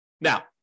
Now